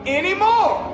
anymore